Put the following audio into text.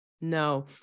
no